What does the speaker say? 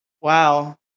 Wow